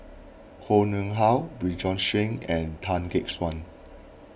Koh Nguang How Bjorn Shen and Tan Gek Suan